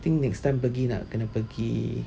I think next time nak pergi kena pergi